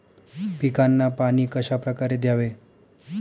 पिकांना पाणी कशाप्रकारे द्यावे?